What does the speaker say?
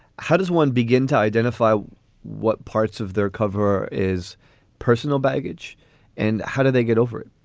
how does one begin to identify what parts of their cover is personal baggage and how did they get over it?